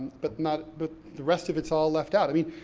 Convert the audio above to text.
but not, but the rest of it's all left out. i mean,